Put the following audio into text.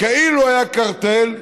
כאילו היה קרטל,